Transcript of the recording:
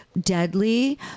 deadly